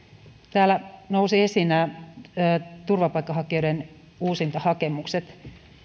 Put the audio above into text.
täällä nousivat esiin nämä turvapaikanhakijoiden uusintahakemukset